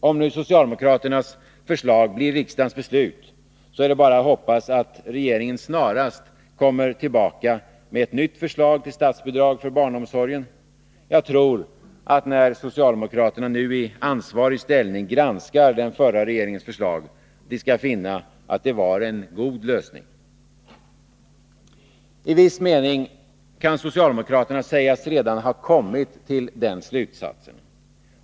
Om nu socialdemokraternas förslag blir riksdagens beslut, är det bara att hoppas att regeringen snarast kommer tillbaka med ett nytt förslag till statsbidrag för barnomsorgen. Jag tror att när socialdemokraterna, nu i ansvarig ställning, granskar den förra regeringens förslag, skall de finna att det var en god lösning. I viss mening kan socialdemokraterna sägas redan ha kommit till den slutsatsen.